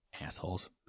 Assholes